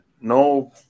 no